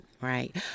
right